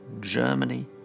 Germany